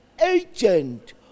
agent